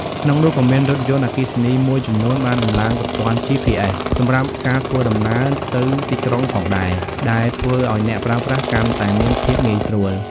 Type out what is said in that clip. ក្នុងនោះក៏មានរថយន្តអគ្គីសនីមួយចំនួនបានតំឡើងប្រព័ន្ធ GPS សម្រាប់ការធ្វើដំណើរទៅទីក្រុងផងដែរ ដែលធ្វើឱ្យអ្នកប្រើប្រាស់កាន់តែមានភាពងាយស្រួល។